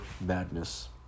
madness